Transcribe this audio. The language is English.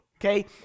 okay